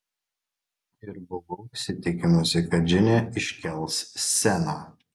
ir buvau įsitikinusi kad džine iškels sceną